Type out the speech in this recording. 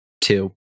two